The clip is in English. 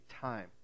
time